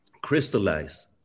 crystallize